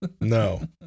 No